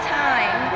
time